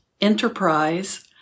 enterprise